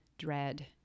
dread